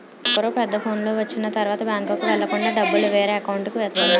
ప్రతొక్కరు పెద్ద ఫోనులు వచ్చిన తరువాత బ్యాంకుకి వెళ్ళకుండా డబ్బులు వేరే అకౌంట్కి వేస్తున్నారు